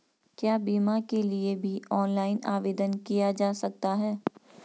क्या बीमा के लिए भी ऑनलाइन आवेदन किया जा सकता है?